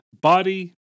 body